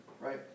right